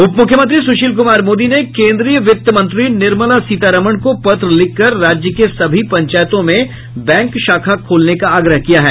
उप मुख्यमंत्री सुशील कुमार मोदी ने केन्द्रीय वित्त मंत्री निर्मला सीतारमण को पत्र लिखकर राज्य के सभी पंचायतों में बैंक शाखा खोलने का आग्रह किया है